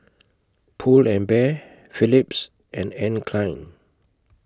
Pull and Bear Philips and Anne Klein